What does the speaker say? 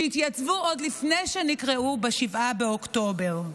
שהתייצבו עוד לפני שנקראו, ב-7 באוקטובר.